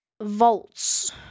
volts